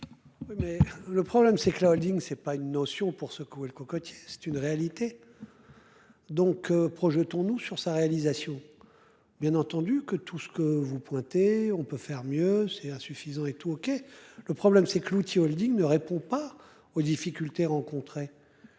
le problème c'est que la Holding. Ce n'est pas une notion pour secouer le cocotier. C'est une réalité. Donc, projetons-nous sur sa réalisation. Bien entendu que tout ce que vous pointez, on peut faire mieux, c'est insuffisant et tout OK. Le problème c'est que l'outil Holding ne répond pas aux difficultés rencontrées.